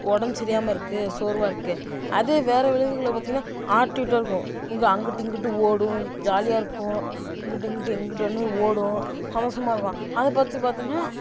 ஒடம்பு சரியாமல் இருக்குது சோர்வாக இருக்குது அதே வேற விலங்குகள்ல பார்த்தீங்கன்னா ஆட்டியூட்டாக இருக்கும் இங்கே அங்கிட்டு இங்கிட்டு ஓடும் ஜாலியாக இருக்கும் இங்கிட்டு இங்கிட்டு எங்கிட்டு வேணாலும் ஓடும் நம்ம சும்மா இருக்கலாம் அதை பார்த்து பார்த்தீன்னா